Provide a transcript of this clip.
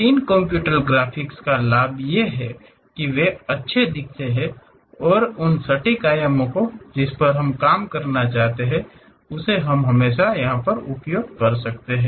इन computational graphics का लाभ यह है कि वे अच्छे दिखते हैं और उन सटीक आयामों को जिस पर हम कम करना चाहते हैं उसे हम हमेशा उपयोग कर सकते हैं